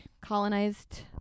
colonized